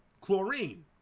chlorine